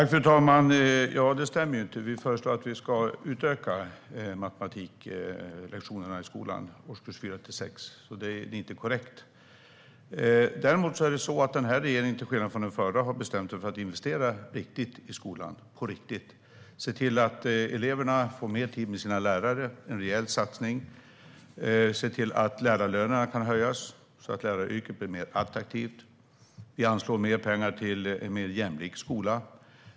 Fru talman! Det stämmer ju inte. Vi föreslår att vi ska utöka matematiklektionerna i skolan i årskurs 4-6, så det är inte korrekt. Däremot har den här regeringen till skillnad från den förra bestämt sig för att investera i skolan på riktigt. Vi gör en rejäl satsning på att se till att eleverna får mer tid med sina lärare och att lärarlönerna kan höjas så att läraryrket blir mer attraktivt. Vi anslår mer pengar till en mer jämlik skola.